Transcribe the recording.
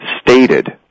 stated